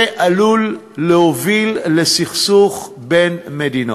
זה עלול להוביל לסכסוך בין מדינות.